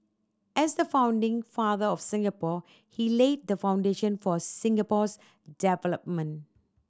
as the founding father of Singapore he laid the foundation for Singapore's development